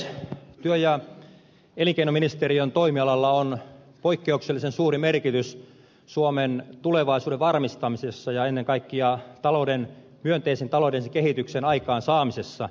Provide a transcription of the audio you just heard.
työ ja elinkeinoministeriön toimialalla on poikkeuksellisen suuri merkitys suomen tulevaisuuden varmistamisessa ja ennen kaikkea myönteisen taloudellisen kehityksen aikaansaamisessa